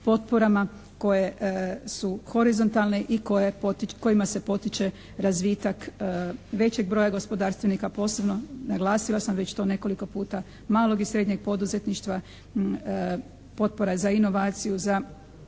potporama koje su horizontalne i kojima se potiče razvitak većeg broja gospodarstvenika a posebno, naglasila sam već to nekoliko puta, malog i srednjeg poduzetništva potpora za inovaciju,